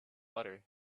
butter